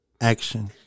action